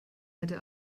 hätte